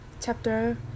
chapter